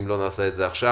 אם לא נעשה את זה עכשיו,